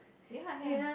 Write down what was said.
ya ya